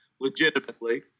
legitimately